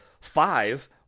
five